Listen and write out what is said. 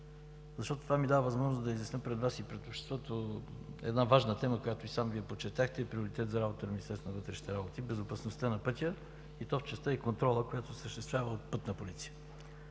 защото това ми дава възможност да изясня пред Вас и пред обществото една важна тема, която и самия Вие подчертахте, е приоритет за работата на Министерството на вътрешните работи – безопасността на пътя и то в частта й контрол, която се осъществява от „Пътна полиция“.